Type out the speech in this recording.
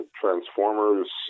Transformers